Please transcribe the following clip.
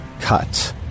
cut